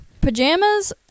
pajamas